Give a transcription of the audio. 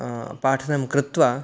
पाठनं कृत्वा